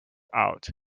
out